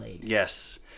yes